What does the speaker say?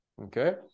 okay